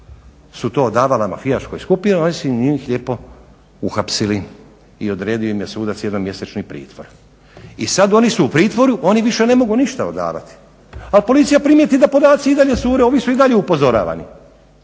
su to odavala mafijaškoj skupini oni su njih lijepo uhapsili i odredio im je sudac jednomjesečni pritvor. I sad oni su u pritvoru, oni više ne mogu ništa odavati, a policija primijeti da podaci i dalje cure. Ovi su i dalje upozoravani